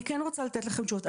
אני כן רוצה לתת לכם תשובות.